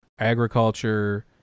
Agriculture